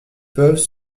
peuvent